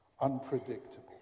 unpredictable